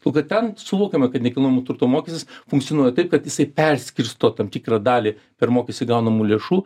to kad ten suvokiama kad nekilnojamo turto mokestis funkcionuoja kad jisai perskirsto tam tikrą dalį per mokestį gaunamų lėšų